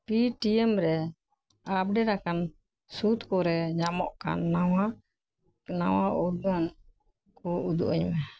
Paytm ᱨᱮ update ᱟᱠᱟᱱ ᱥᱩᱫᱽ ᱠᱚᱨᱮ ᱧᱟᱢᱚᱜ ᱠᱟᱱ ᱱᱟᱣᱟᱼᱱᱟᱣᱟ ᱩᱨᱜᱟᱹᱱ ᱠᱚ ᱩᱫᱩᱜ ᱟᱹᱧ ᱢᱮ